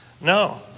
No